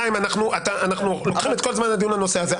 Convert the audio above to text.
חיים, אנחנו לוקחים את כל זמן הדיון לנושא הזה.